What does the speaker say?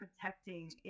protecting